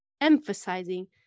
emphasizing